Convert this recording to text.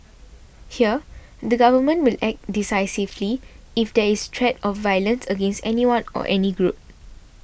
here the government will act decisively if there is threat of violence against anyone or any group